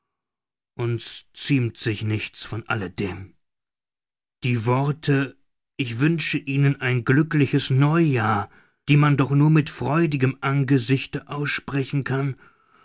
uns ziemt sich nichts von alle dem die worte ich wünsche ihnen ein glückliches neujahr die man doch nur mit freudigem angesichte aussprechen kann